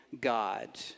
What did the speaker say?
God